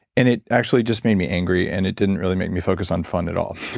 and it actually just made me angry and it didn't really make me focus on fun at all.